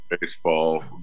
baseball